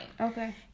Okay